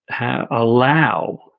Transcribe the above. allow